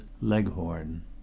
leghorn